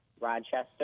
Rochester